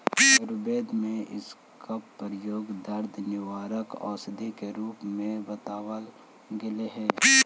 आयुर्वेद में इसका प्रयोग दर्द निवारक औषधि के रूप में बतावाल गेलई हे